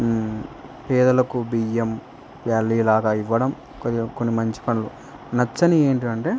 పేదలకు బియ్యం వ్యాలీ లాగా ఇవ్వడం కొన్ని మంచి పనులు నచ్చనివి ఏమిటి అంటే